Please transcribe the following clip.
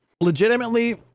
legitimately